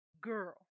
Girl